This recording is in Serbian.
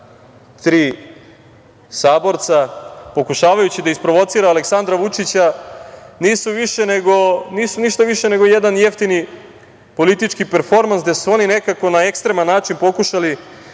saborca, pokušavajući da isprovocira Aleksandra Vučića, nisu ništa više nego jedan jeftini politički performans, gde su oni nekako na ekstreman način pokušali